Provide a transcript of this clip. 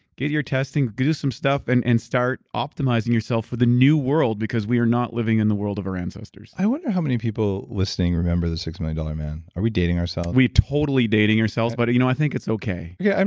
get your testing, give us some stuff and and start optimizing yourself for the new world because we are not living in the world of our ancestors i wonder how many people listening remember the six million dollar man. are we dating ourselves? we totally dating yourself, but you know i think it's okay yeah.